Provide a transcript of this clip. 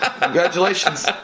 Congratulations